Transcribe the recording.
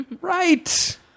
Right